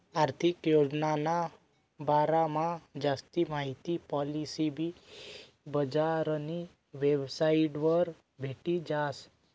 आर्थिक योजनाना बारामा जास्ती माहिती पॉलिसी बजारनी वेबसाइटवर भेटी जास